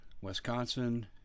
Wisconsin